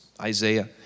Isaiah